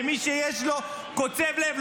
למי שיש לו קוצב לב,